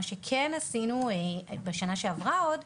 מה שכן עשינו עוד בשנה שעברה,